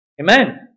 amen